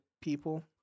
people